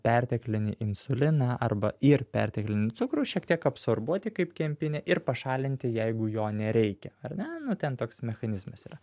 perteklinį insuliną arba ir perteklinį cukrų šiek tiek absorbuoti kaip kempinė ir pašalinti jeigu jo nereikia ar ne nu ten toks mechanizmas yra